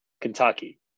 Kentucky